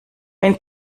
wenn